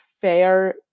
fair